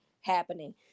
happening